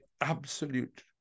absolute